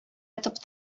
ятып